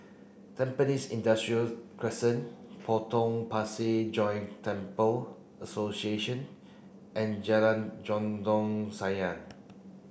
Tampines Industrial Crescent Potong Pasir Joint Temple Association and Jalan Dondang Sayang